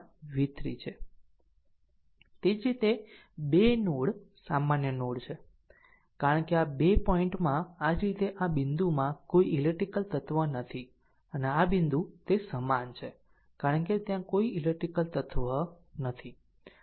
તે જ રીતે આ 2 નોડ સામાન્ય નોડ છે કારણ કે આ 2 પોઇન્ટમાં આ જ રીતે આ બિંદુમાં કોઈ ઈલેક્ટ્રીકલ તત્વ નથી અને આ બિંદુ તે સમાન છે કારણ કે ત્યાં કોઈ ઈલેક્ટ્રીકલ તત્વ નથી